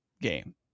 game